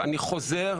אני חוזר